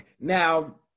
Now